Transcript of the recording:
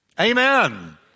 Amen